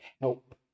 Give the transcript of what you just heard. Help